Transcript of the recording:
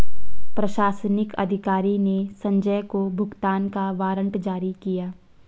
प्रशासनिक अधिकारी ने संजय को भुगतान का वारंट जारी किया